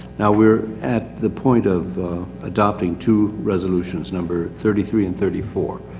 we are at the point of adopting two resolutions. number thirty three and thirty four.